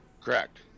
correct